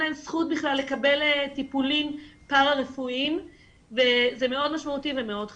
להם זכות בכלל לקבל טיפולים פרה-רפואיים וזה מאוד משמעותי ומאוד חשוב.